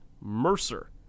Mercer